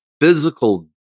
physical